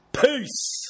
Peace